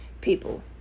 people